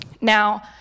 Now